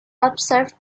observed